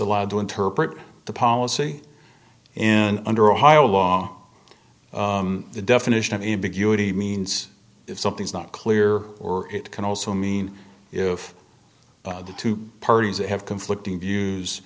allowed to interpret the policy and under ohio law the definition of ambiguity means if something's not clear or it can also mean if the two parties that have conflicting views